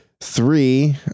Three